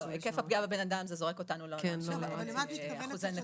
"היקף הפגיעה בבן אדם" זה ניסוח שזורק אותנו לאחוזי נכות.